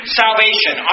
salvation